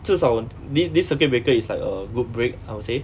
至少 this this circuit breaker is like a good break I would say